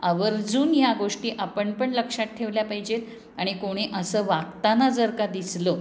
आवर्जून या गोष्टी आपण पण लक्षात ठेवल्या पाहिजेत आणि कोणी असं वागताना जर का दिसलो